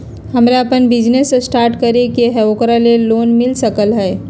हमरा अपन business start करे के है ओकरा लेल लोन मिल सकलक ह?